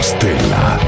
Stella